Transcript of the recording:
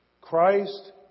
Christ